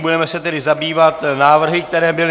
Budeme se tedy zabývat návrhy, které byly...